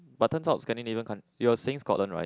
but turns out scandinavian coun~ you're saying Scotland right